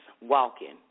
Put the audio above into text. walking